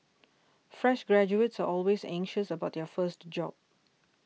fresh graduates are always anxious about their first job